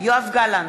יואב גלנט,